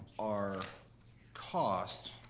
our cost,